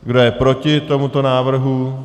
Kdo je proti tomuto návrhu?